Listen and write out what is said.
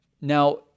Now